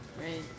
right